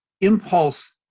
impulse